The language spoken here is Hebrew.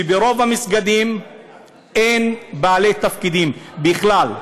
הוא שברוב המסגדים אין בעלי תפקידים בכלל,